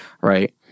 right